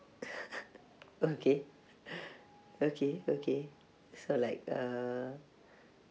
okay okay okay so like uh